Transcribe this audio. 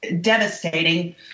devastating